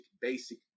basic